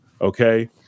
okay